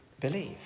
believe